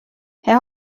herr